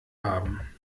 haben